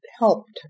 Helped